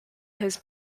his